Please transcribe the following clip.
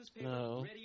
No